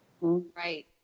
Right